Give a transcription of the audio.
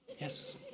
Yes